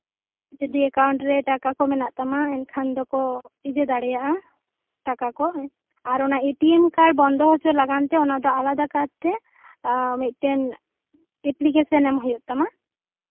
ᱡᱚᱫᱤ ᱮᱠᱟᱩᱱᱴ ᱨᱮ ᱴᱟᱠᱟ ᱠᱚ ᱢᱮᱱᱟᱜ ᱛᱟᱢᱟ ᱮᱱᱠᱷᱟᱱ ᱫᱚᱠᱚ ᱤᱭᱟᱹ ᱫᱟᱲᱮᱭᱟᱜᱼᱟ ᱴᱟᱠᱟ ᱠᱚ ᱟᱨ ᱮ ᱴᱤ ᱮᱢ ᱠᱟᱨᱰ ᱵᱚᱱᱫᱚ ᱦᱚᱪᱚ ᱞᱟᱹᱜᱤᱫᱛᱮ ᱚᱱᱟ ᱫᱚ ᱟᱞᱟᱫᱟ ᱠᱟᱨᱛᱮ ᱢᱤᱫᱴᱮᱱ ᱮᱯᱞᱤᱠᱮᱥᱚᱱ ᱮᱢ ᱦᱩᱭᱩᱜ ᱛᱟᱢᱟ